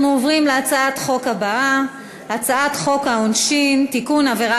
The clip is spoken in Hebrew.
אנחנו עוברים להצעת החוק הבאה: הצעת חוק העונשין (תיקון,